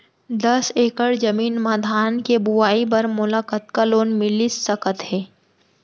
दस एकड़ जमीन मा धान के बुआई बर मोला कतका लोन मिलिस सकत हे?